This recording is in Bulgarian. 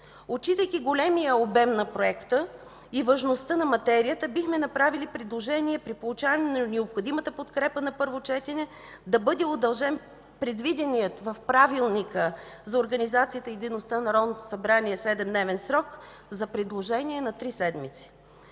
Отчитайки големия обем на Проекта и важността на материята, бихме направили предложение, при получаване на необходимата подкрепа на първо четене, да бъде удължен предвиденият в Правилника за организацията и дейността на Народното събрание седемдневен срок за предложения – на три седмици.